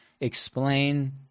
explain